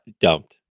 dumped